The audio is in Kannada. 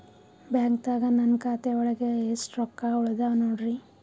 ಬ್ಯಾಂಕ್ದಾಗ ನನ್ ಖಾತೆ ಒಳಗೆ ಎಷ್ಟ್ ರೊಕ್ಕ ಉಳದಾವ ನೋಡ್ರಿ?